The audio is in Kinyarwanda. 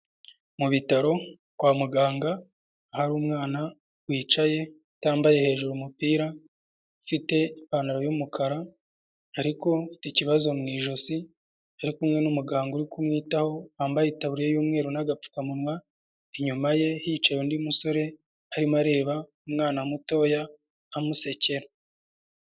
Mu bitaro kwa muganga, hari umwana wicaye utambaye hejuru umupira, ufite ipantaro y'umukara ariko ikibazo afite ikibazo mu ijosi, ari kumwe n'umuganga uri kumwitaho wambaye itaburiya y'umweru n'agapfukamunwa, inyuma ye hicaye undi musore arimo areba umwana mutoya amusekera.